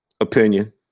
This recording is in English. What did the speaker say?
opinion